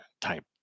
type